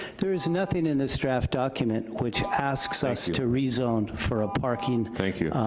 there is nothing in this draft document which asks us to rezone for a parking, thank you,